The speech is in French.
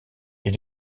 est